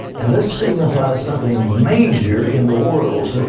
and this signifies something major in the world.